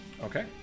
Okay